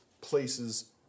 places